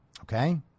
okay